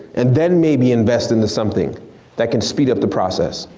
and then maybe invest into something that can speed up the process.